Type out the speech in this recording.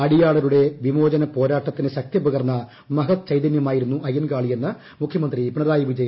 അടിയാളരുടെ വിമോചനപ്പോരാട്ടത്തിന് പ്രശക്തിപകർന്ന മഹത് ചൈതന്യമായിരുന്നു അയ്യൻകാളിയെന്ന് മുഖ്യമന്ത്രി പിണറായി വിജയൻ പറഞ്ഞു